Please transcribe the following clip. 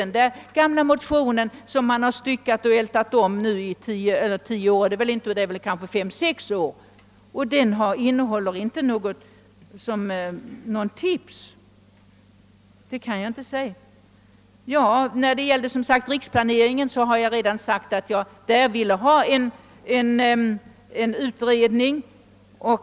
Ni har ältat samma motion i fem eller sex år, och den motionen innehåller inte några tips. När det gäller riksplaneringen har jag redan sagt att jag vill ha en utredning.